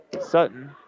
Sutton